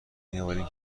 میآوریم